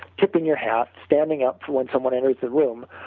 tipping your hat, standing up when someone enters the room,